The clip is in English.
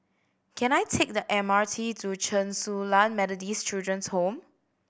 can I take the M R T to Chen Su Lan Methodist Children's Home